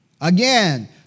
Again